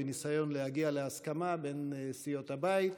בניסיון להגיע להסכמה בין סיעות הבית.